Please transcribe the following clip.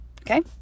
okay